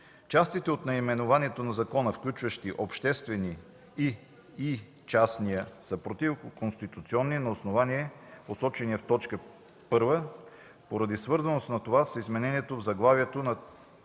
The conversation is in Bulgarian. Частите от наименованието на закона, включващи „обществени” и „и частния” са противоконституционни на основанията, посочени в т. 1, поради свързаността на това изменение в заглавието с